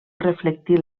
reflectir